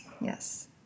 yes